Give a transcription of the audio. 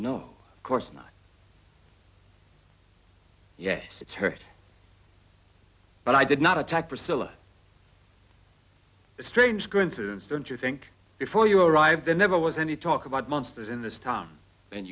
no of course not yes it's hurt but i did not attack priscilla strange coincidence don't you think before you arrived there never was any talk about monsters in this town and